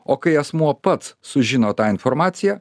o kai asmuo pats sužino tą informaciją